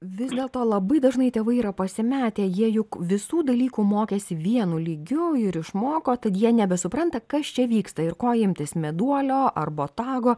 vis dėlto labai dažnai tėvai yra pasimetę jie juk visų dalykų mokėsi vienu lygiu ir išmoko tad jie nebesupranta kas čia vyksta ir ko imtis meduolio ar botago